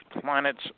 planets